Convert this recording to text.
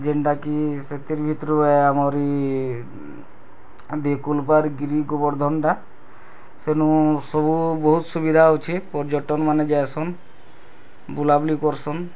ଯେନ୍ଟା କି ସେଥିର୍ ଭିତରୁ ଆମରି ଦିକୁଲବାର୍ ଗିରି ଗୋବର୍ଦ୍ଧନ୍ଟା ସେନୁ ସବୁ ବହୁତ୍ ସୁବିଧା ଅଛି ପର୍ଯ୍ୟଟନ୍ମାନେ ଯାଏସନ୍ ବୁଲାବୁଲି କର୍ସନ୍